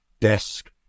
desk